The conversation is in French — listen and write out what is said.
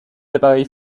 appareils